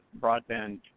broadband